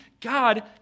God